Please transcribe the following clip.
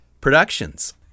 Productions